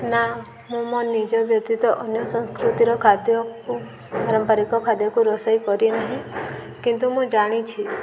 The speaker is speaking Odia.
ନା ମୁଁ ମୋ ନିଜ ବ୍ୟତୀତ ଅନ୍ୟ ସଂସ୍କୃତିର ଖାଦ୍ୟକୁ ପାରମ୍ପାରିକ ଖାଦ୍ୟକୁ ରୋଷେଇ କରି ନାହିଁ କିନ୍ତୁ ମୁଁ ଜାଣିଛି